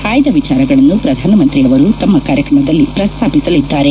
ಆಯ್ದ ವಿಚಾರಗಳನ್ನು ಪ್ರಧಾನಮಂತ್ರಿ ಅವರು ತಮ್ಮ ಕಾರ್ಯಕ್ರಮದಲ್ಲಿ ಪ್ರಸ್ತಾಪಿಸಲಿದ್ದಾರೆ